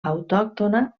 autòctona